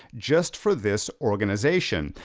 just for this organization.